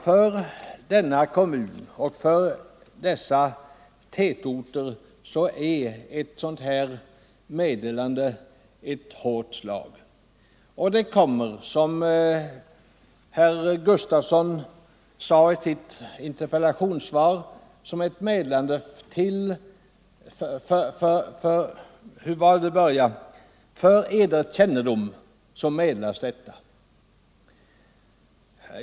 För vår kommun liksom för de andra tätorterna är ett sådant här meddelande naturligtvis ett hårt slag — särskilt när det, som herr Sven Gustafson i Göteborg nämnde i sitt inlägg, är formulerat så här: För Eder kännedom meddelas ...